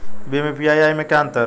भीम और यू.पी.आई में क्या अंतर है?